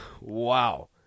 wow